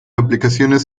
aplicaciones